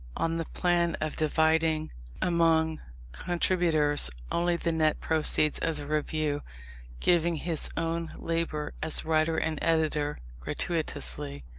on the plan of dividing among contributors only the net proceeds of the review giving his own labour as writer and editor gratuitously.